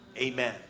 Amen